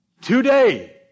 Today